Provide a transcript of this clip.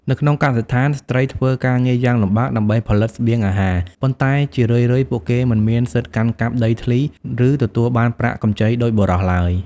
នៅក្នុងកសិដ្ឋាន ស្ត្រីធ្វើការងារយ៉ាងលំបាកដើម្បីផលិតស្បៀងអាហារ ប៉ុន្តែជារឿយៗពួកគេមិនមានសិទ្ធិកាន់កាប់ដីធ្លី ឬទទួលបានប្រាក់កម្ចីដូចបុរសឡើយ។